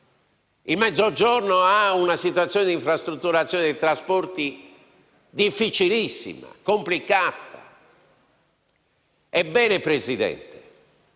il Mezzogiorno ha una situazione di infrastrutture e trasporti difficilissima e complicata. Ebbene, signor